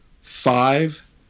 five